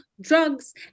drugs